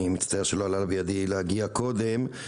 אני מצטער שלא עלה בידי להגיע קודם.